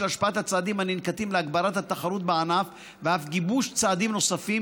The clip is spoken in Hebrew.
של השפעת הצעדים הננקטים להגברת התחרות בענף ואף גיבוש צעדים נוספים,